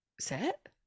set